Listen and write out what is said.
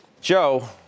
Joe